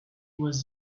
was